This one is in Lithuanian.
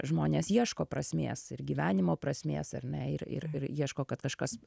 žmonės ieško prasmės ir gyvenimo prasmės ar ne ir ir ieško kad kažkas